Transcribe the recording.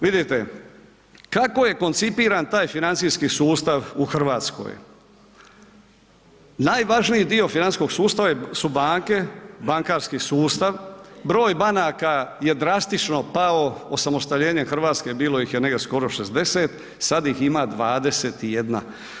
Vidite kako je koncipiran taj financijski sustav u RH, najvažniji dio financijskog sustava su banke, bankarski sustav, broj banaka je drastično pao, osamostaljenjem RH bilo ih je negdje skoro 60, sad ih ima 21.